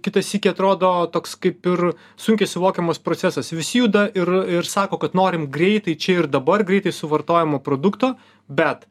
kitą sykį atrodo toks kaip ir sunkiai suvokiamas procesas vis juda ir ir sako kad norim greitai čia ir dabar greitai suvartojamo produkto bet